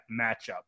matchup